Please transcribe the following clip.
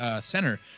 center